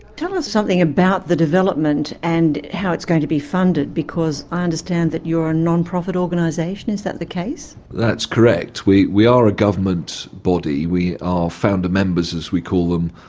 tell us something about the development and how it's going to be funded, because i understand that you're a non-profit organisation? is that the case? that's correct. we we are a government body. our founder members, as we call them,